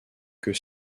que